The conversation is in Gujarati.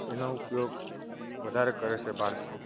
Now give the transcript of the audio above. એનો ઉપયોગ વધારે કરે છે બાળકો